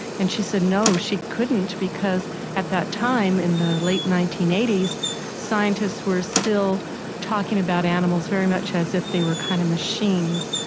and she said no, she couldn't because at that time in the late nineteen eighty s scientists were still talking about animals very much as if they were kind of machines.